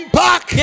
back